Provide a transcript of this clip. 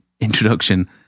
introduction